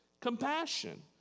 compassion